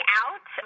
out